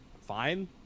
fine